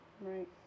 right